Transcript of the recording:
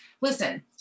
listen